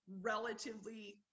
relatively